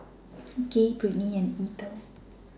Gay Britney and Eithel